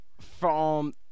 from-